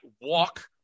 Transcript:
walk